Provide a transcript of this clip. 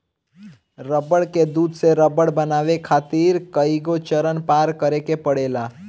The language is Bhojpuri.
रबड़ के दूध से रबड़ बनावे खातिर कईगो चरण पार करे के पड़ेला